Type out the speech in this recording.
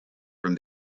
from